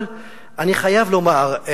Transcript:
אבל אני חייב לומר,